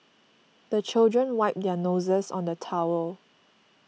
the children wipe their noses on the towel